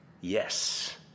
yes